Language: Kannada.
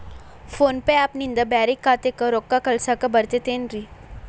ಫೋನ್ ಪೇ ಆ್ಯಪ್ ನಿಂದ ಬ್ಯಾರೆ ಖಾತೆಕ್ ರೊಕ್ಕಾ ಕಳಸಾಕ್ ಬರತೈತೇನ್ರೇ?